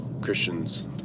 Christians